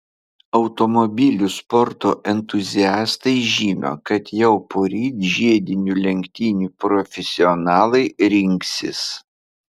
automobilių sporto entuziastai žino kad jau poryt žiedinių lenktynių profesionalai rinksis